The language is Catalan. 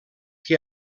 que